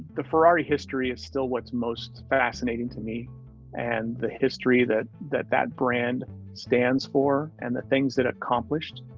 the ferrari history is still what's most fascinating to me and the history that that that brand stands for and the things that accomplished.